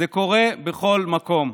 זה קורה בכל מקום: